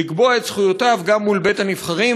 לקבוע את זכויותיו גם מול בית-הנבחרים",